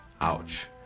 Ouch